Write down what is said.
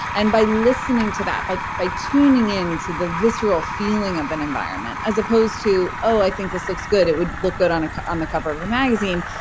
and by listening to that by by tuning into the visceral feeling of an environment, as opposed to oh, i think this looks good. it would look good on on the cover of a magazine.